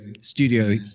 studio